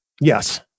Yes